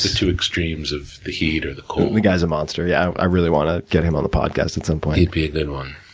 two extremes of the heat or the cold. the guy's a monster, yeah i really wanna get him on the podcast at some point. he'd be a good one.